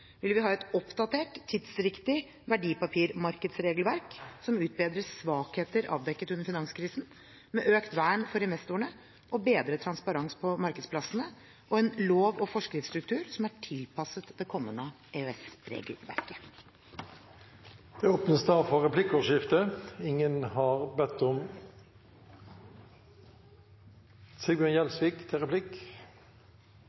vil vi ha et oppdatert, tidsriktig verdipapirmarkedsregelverk som utbedrer svakheter avdekket under finanskrisen, med økt vern for investorene og bedret transparens på markedsplassene, og en lov- og forskriftsstruktur som er tilpasset det kommende EØS-regelverket. Det blir replikkordskifte.